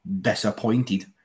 disappointed